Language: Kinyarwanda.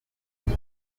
ibye